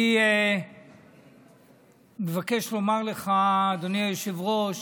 אני מבקש לומר לך, אדוני היושב-ראש,